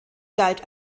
galt